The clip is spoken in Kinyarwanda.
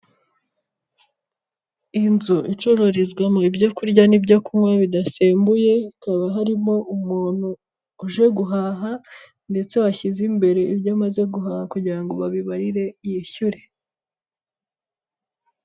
Inzu icururizwamo ibyo kurya n'ibyo kunywa bidasembuye, hakaba harimo umuntu uje guhaha, ndetse washyize imbere ibyo amaze guhaha kugira ngo babibarire, yishyure.